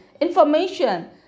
information